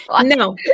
No